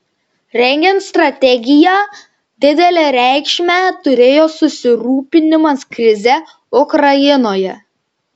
rengiant strategiją didelę reikšmę turėjo susirūpinimas krize ukrainoje